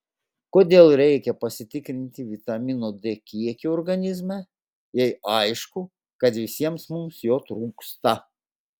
kodėl reikia pasitikrinti vitamino d kiekį organizme jei aišku kad visiems mums jo trūksta